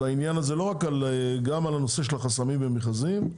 גם על נושא החסמים במכרזים,